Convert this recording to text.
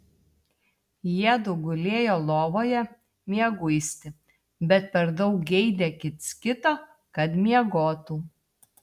jiedu gulėjo lovoje mieguisti bet per daug geidė kits kito kad miegotų